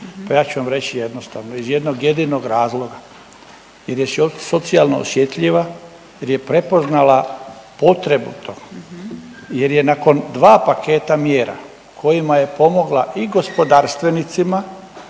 Pa ja ću vam reći jednostavno, iz jednog jedinog razloga jer je socijalno osjetljiva, jer je prepoznala potrebu tog, jer je nakon dva paketa mjera kojima je pomogla i gospodarstvenicima